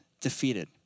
defeated